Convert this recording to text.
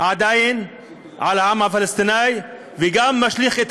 עדיין על העם הפלסטיני וגם משליך את